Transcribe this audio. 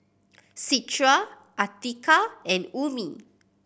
Citra Atiqah and Ummi